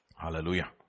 Hallelujah